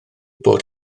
bod